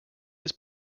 his